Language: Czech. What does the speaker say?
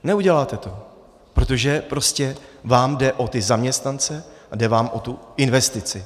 Neuděláte to, protože prostě vám jde o ty zaměstnance a jde vám o tu investici.